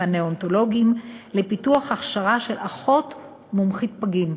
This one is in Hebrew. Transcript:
הנאונטולוגים לפיתוח הכשרה של "אחות מומחית פגים".